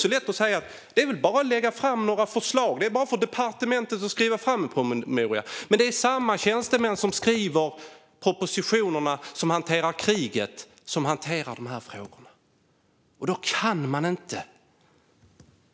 Det är lätt att säga att det bara är att lägga fram några förslag. Det är bara för departementet att skriva fram en promemoria. Men det är samma tjänstemän som skriver propositionerna och hanterar de här frågorna som hanterar kriget. Då kan man inte